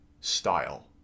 style